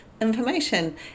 information